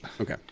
okay